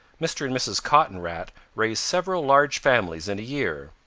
mr. and mrs. cotton rat raise several large families in a year.